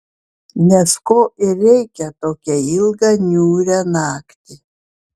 nes ko ir reikia tokią ilgą niūrią naktį